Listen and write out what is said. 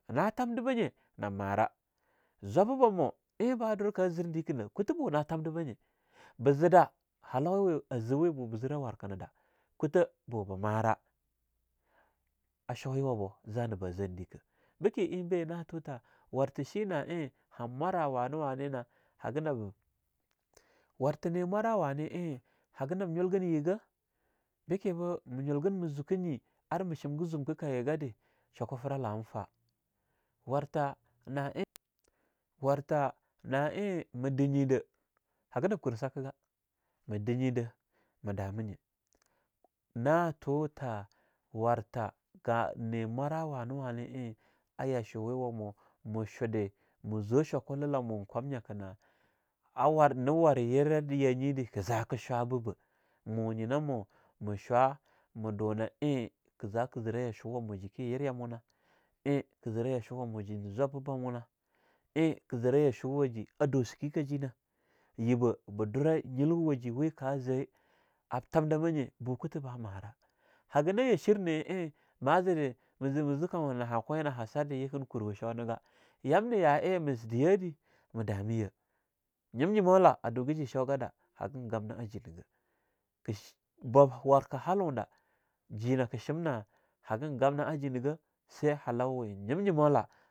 Na tamdiba nye nab marah, zwaba bamu eingh bah dur kah zir dekkinah na kutha bu na tamdiba nye. Be zida halawawe aziwe bo be zirah warkena dah kuta bo be mara, a shoyawa bu za nahba zan dike, beke einbe, na tuta wartha shina ein han mwara wane-wane na hagah nab... Warta ne mwara wane ein hagah nab nyulginyiga, bekebu me nyulgin me zuke nye ar ma shimga zumka kayi gada, shwaku firala hanfa, wartha na ein, warta na ein me dinyida, haginab kur sake gah me dinye da me dami nye. Na tuta wartha gah ne mwara wane-wane ein a yashoya wamu mu shude ma zwa shokula lamu ein kwamnyaka na a war ne war yerah de yanye de kah zaka shwa bibah? mu nyina mo ma shwa ma duna ein keh zakah zira yashuwamu jinke yira yamona eing kah zira yashuwamu jen ne zwabba bamuna eing kah zira ya shuwa a dosike kajina, yiba ba dura nyilwa waji we ka zeh ab tamdama nye bo kuta ba marah. Haga na ya shirne ein ma zidi meze kauha na hakwe na ha sar de yikin kur wo shwo niga, yamna ya en me ze yeda, me damiyah nyimnyimolah duga ji shwo gada ha hagin gamna'a jinagah ke sh bwab warke halaunda, ji nake shim na hagin gamna a jinagah sai halauwe nyimnyimola...